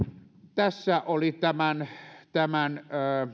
tässä oli tämän tämän